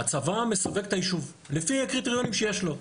הצבא מסווג את היישוב לפי הקריטריונים שיש לו,